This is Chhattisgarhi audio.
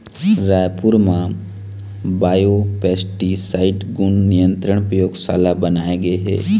रायपुर म बायोपेस्टिसाइड गुन नियंत्रन परयोगसाला बनाए गे हे